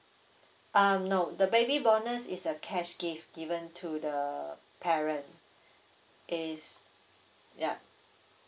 um no the baby bonus is a cash gift given to the parent is yup